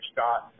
Scott